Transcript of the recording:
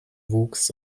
wuchs